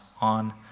on